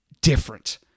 different